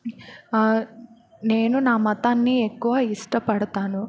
నేను నా మతాన్ని ఎక్కువ ఇష్టపడతాను